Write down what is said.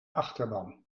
achterban